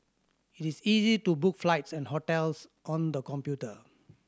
it is easy to book flights and hotels on the computer